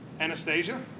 Anastasia